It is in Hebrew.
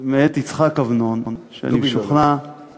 מאת יצחק אבנון, "דובי לֹאלֹא".